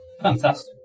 Fantastic